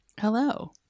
Hello